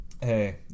Hey